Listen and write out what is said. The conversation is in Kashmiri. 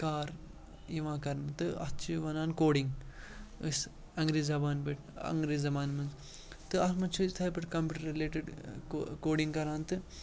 کار یِوان کَرنہٕ تہٕ اَتھ چھِ وَنان کوڈِنٛگ أسۍ انٛگریٖز زبانہِ پٮ۪ٹھ انٛگریٖز زبانہِ منٛز تہٕ اَتھ منٛز چھِ أسۍ تِتھَے پٲٹھۍ کَمپیوٗٹر رٕلیٹڈ کو کوڈِنٛگ کَران تہٕ